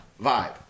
vibe